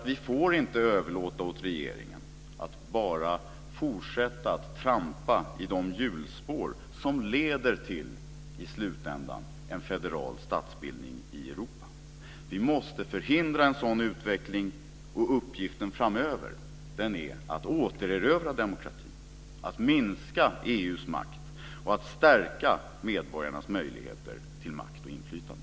Vi får inte överlåta åt regeringen att bara fortsätta att trampa i de hjulspår som i slutändan leder till en federal statsbildning i Europa. Vi måste förhindra en sådan utveckling. Uppgiften framöver är att återerövra demokratin, att minska EU:s makt och att stärka medborgarnas möjligheter till makt och inflytande.